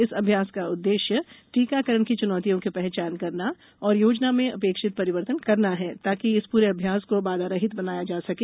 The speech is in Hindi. इस अभ्यास का उददेश्य टीकाकरण की चुनौतियों की पहचान करना और योजना में अपेक्षित परिवर्तन करना है ताकि इस पूरे अभ्यास को बाधारहित बनाया जा सके